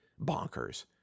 bonkers